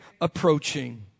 approaching